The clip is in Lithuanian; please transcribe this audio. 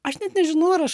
aš net nežinau ar aš